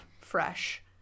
fresh